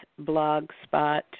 blogspot